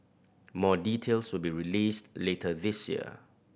more details will be released later this year